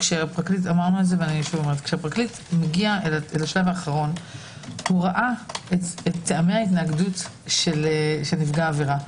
כשהפרקליט מגיע לשלב האחרון הוא ראה את טעמי ההתנגדות של נפגע העבירה.